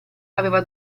aveva